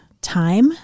time